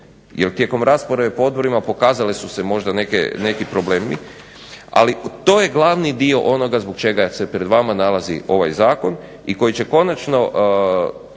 jer tijekom rasprave po odborima pokazale su se možda neki problemi, ali to je glavni dio onoga zbog čega se pred vama nalazi ovaj zakon i koji će konačno